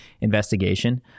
investigation